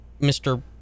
mr